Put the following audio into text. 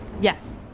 Yes